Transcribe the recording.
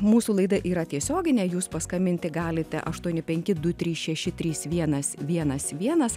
mūsų laida yra tiesioginė jūs paskambinti galite aštuoni penki du trys šeši trys vienas vienas vienas